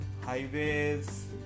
highways